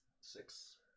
Six